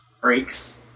Breaks